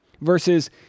versus